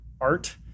art